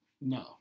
No